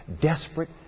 desperate